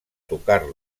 tocar